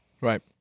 right